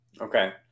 Okay